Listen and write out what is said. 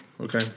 Okay